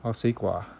水果啊